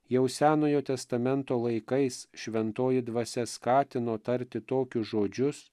jau senojo testamento laikais šventoji dvasia skatino tarti tokius žodžius